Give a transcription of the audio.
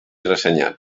ressenyats